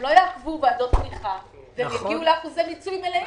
לא יעכבו ועדות תמיכה והם יגיעו לאחוזי מיצוי מלאים.